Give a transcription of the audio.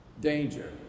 danger